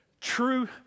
True